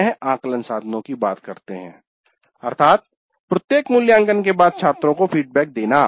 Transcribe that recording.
अब आकलन साधनों की बात करते है अर्थात प्रत्येक मूल्यांकन के बाद छात्रों को फीडबैक देना